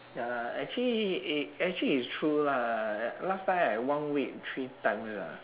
ya lah actually eh actually it's true lah last time I one week three times ah